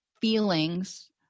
feelings